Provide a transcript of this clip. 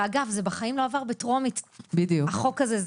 ואגב, זה בחיים לא עבר בטרומית, החוק הזה.